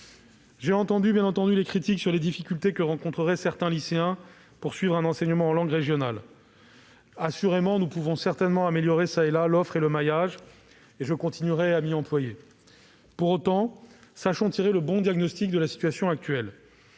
J'ai entendu les critiques sur les difficultés que rencontreraient certains lycéens pour suivre un enseignement en langue régionale. Assurément, nous pouvons çà et là améliorer l'offre et le maillage, et je continuerai à m'y employer. Pour autant, sachons tirer le bon diagnostic de la situation actuelle